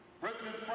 President